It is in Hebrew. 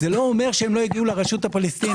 זה לא אומר שלא הגיעו לרשות הפלסטינית.